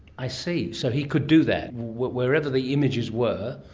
i see, so he could do that. wherever the images were,